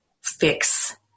fix